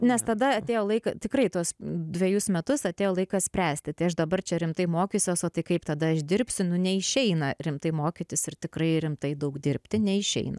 nes tada atėjo laika tikrai tuos dvejus metus atėjo laikas spręsti tai aš dabar čia rimtai mokysiuosi o tai kaip tada aš dirbsiu nu neišeina rimtai mokytis ir tikrai rimtai daug dirbti neišeina